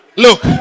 Look